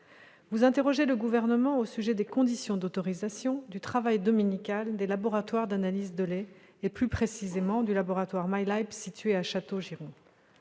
Vous interrogez le Gouvernement au sujet des conditions d'autorisation du travail dominical des laboratoires d'analyse de lait, plus précisément du laboratoire MyLab, situé à Châteaugiron.